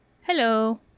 Hello